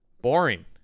Boring